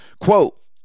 Quote